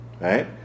Right